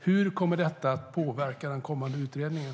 Hur kommer detta att påverka den kommande utredningen?